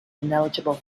ineligible